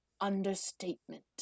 understatement